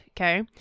Okay